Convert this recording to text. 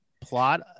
plot